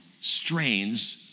strains